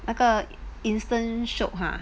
那个 instant shiok ah